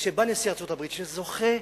כשבא נשיא ארצות-הברית, שזוכה,